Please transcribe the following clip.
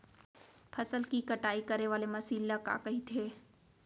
फसल की कटाई करे वाले मशीन ल का कइथे?